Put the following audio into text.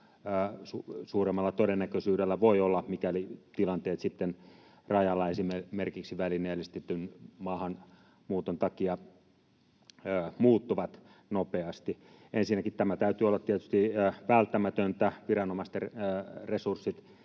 käyttöä todellisissa tilanteissa, mikäli tilanteet rajalla esimerkiksi välineellistetyn maahanmuuton takia muuttuvat nopeasti. Ensinnäkin tämän täytyy olla tietysti välttämätöntä, viranomaisten resurssien